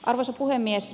arvoisa puhemies